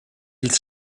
ils